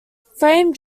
frame